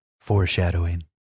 Foreshadowing